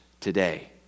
today